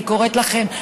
אני קוראת לכם,